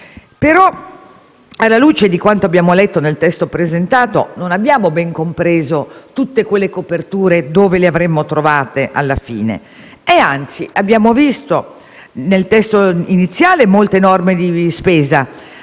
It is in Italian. Però, alla luce di quanto abbiamo letto nel testo presentato, non abbiamo ben compreso tutte quelle coperture dove le avremmo trovate, alla fine. Anzi, nel testo iniziale abbiamo visto molte norme di spesa